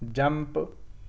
jump